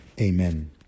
amen